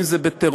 אם זה בטרור,